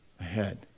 ahead